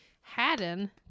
Haddon